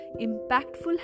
impactful